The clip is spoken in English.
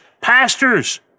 pastors